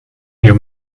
you